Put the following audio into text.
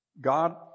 God